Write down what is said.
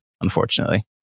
unfortunately